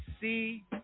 see